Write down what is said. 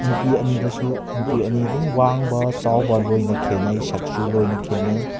ꯅꯨꯄꯤ ꯑꯅꯤꯗꯨꯁꯨ ꯅꯨꯄꯤ ꯑꯅꯤ ꯑꯗꯨꯝ ꯋꯥꯡꯕ ꯆꯥꯎꯕ ꯂꯣꯏꯅ ꯈꯦꯠꯅꯩ ꯁꯛꯁꯨ ꯂꯣꯏꯅ ꯈꯦꯠꯅꯩ